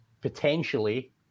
potentially